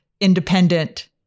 independent